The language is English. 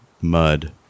mud